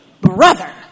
brother